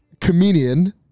comedian